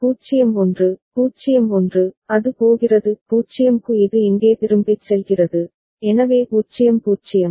0 1 0 1 அது போகிறது 0 க்கு இது இங்கே திரும்பிச் செல்கிறது எனவே 0 0